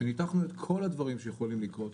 שניתחנו את כל הדברים שיכולים לקרות,